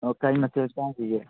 ꯑꯣ ꯀꯔꯤ ꯃꯊꯦꯜ ꯆꯥꯔꯤꯒꯦ